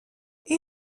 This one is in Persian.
این